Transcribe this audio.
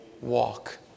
walk